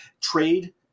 trade